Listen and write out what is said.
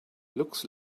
looks